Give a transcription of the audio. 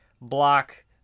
block